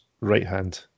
right-hand